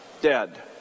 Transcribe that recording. dead